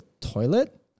toilet